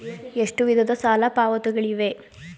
ಎಷ್ಟು ವಿಧದ ಸಾಲ ಪಾವತಿಗಳಿವೆ?